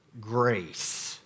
grace